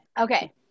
Okay